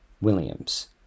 Williams